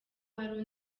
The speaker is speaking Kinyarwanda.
hari